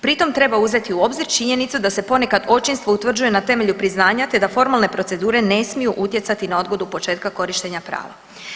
Pri tom treba uzeti u obzir činjenicu da se ponekad očinstvo utvrđuje na temelju priznanja, te da formalne procedure ne smiju utjecati na odgodu početka korištenja prava.